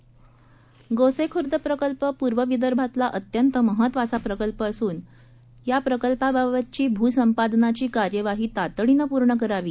भंडारा गोसेखूर्द प्रकल्प पूर्व विदर्भातला अत्यंत महत्वाचा प्रकल्प असून प्रकल्पाबाबतची भूसंपादनाची कार्यवाही तातडीने पूर्ण करावी